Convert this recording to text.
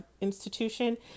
institution